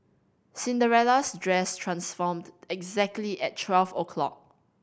Cinderella's dress transformed exactly at twelve o'clock